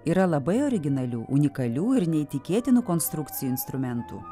yra labai originalių unikalių ir neįtikėtinų konstrukcijų instrumentų